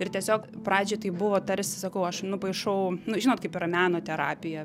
ir tiesiog pradžioj tai buvo tarsi sakau aš nupaišau nu žinot kaip yra meno terapija